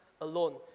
alone